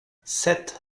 sept